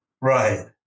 Right